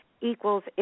Equals